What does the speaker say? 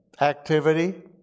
Activity